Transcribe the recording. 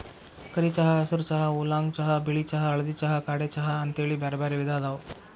ಕರಿ ಚಹಾ, ಹಸಿರ ಚಹಾ, ಊಲಾಂಗ್ ಚಹಾ, ಬಿಳಿ ಚಹಾ, ಹಳದಿ ಚಹಾ, ಕಾಡೆ ಚಹಾ ಅಂತೇಳಿ ಬ್ಯಾರ್ಬ್ಯಾರೇ ವಿಧ ಅದಾವ